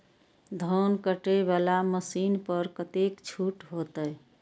धान कटे वाला मशीन पर कतेक छूट होते?